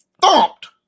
thumped